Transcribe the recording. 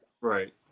Right